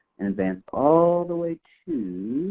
and then all the way to